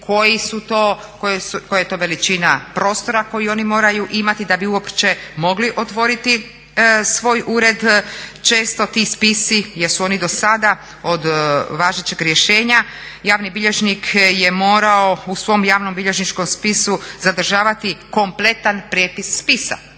koja je to veličina prostora koji oni moraju imati da bi uopće mogli otvoriti svoj ured, često ti spisi jer su oni dosada od važećeg rješenja. Javni bilježnik je morao u svom javnom bilježničkom spisu zadržavati kompletan prijepis spisa.